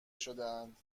شدهاند